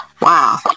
Wow